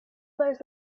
those